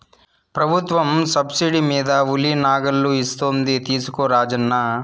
ప్రభుత్వం సబ్సిడీ మీద ఉలి నాగళ్ళు ఇస్తోంది తీసుకో రాజన్న